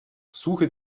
suche